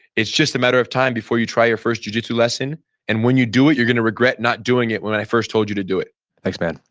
it's just a matter of time before you try your first jujitsu lesson and when you do it, you're going to regret not doing it when i first told you to do it thanks man.